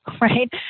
right